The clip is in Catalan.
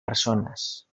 persones